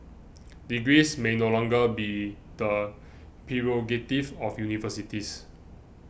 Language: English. degrees may no longer be the prerogative of universities